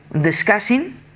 discussing